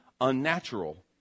unnatural